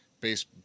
base